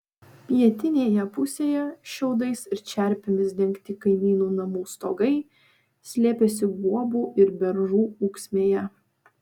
pietinėje pusėje šiaudais ir čerpėmis dengti kaimynų namų stogai slėpėsi guobų ir beržų ūksmėje